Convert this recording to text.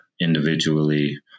individually